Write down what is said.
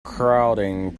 crowding